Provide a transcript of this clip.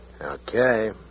Okay